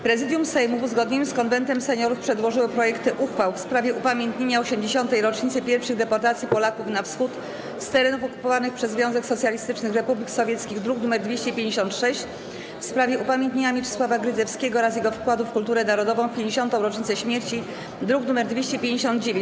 Prezydium Sejmu, w uzgodnieniu z Konwentem Seniorów, przedłożyło projekty uchwał: - w sprawie upamiętnienia 80. rocznicy pierwszych deportacji Polaków na Wschód z terenów okupowanych przez Związek Socjalistycznych Republik Sowieckich, druk nr 256, - w sprawie upamiętnienia Mieczysława Grydzewskiego oraz jego wkładu w kulturę narodową w 50. rocznicę śmierci, druk nr 259.